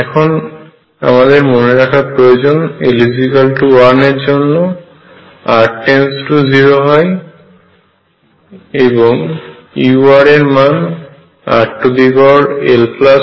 এখন আমদের মনে রাখা প্রয়োজন l1 এর জন্যে r 0 তে u এর মান rl1 এর জন্য r2 হবে